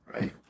Right